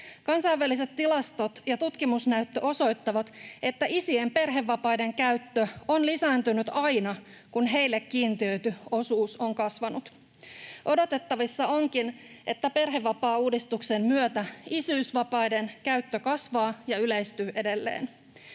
Kansainväliset tilastot ja tutkimusnäyttö osoittavat, että isien perhevapaiden käyttö on lisääntynyt aina, kun heille kiintiöity osuus on kasvanut. Odotettavissa onkin, että perhevapaauudistuksen myötä isyysvapaiden käyttö kasvaa ja yleistyy edelleen.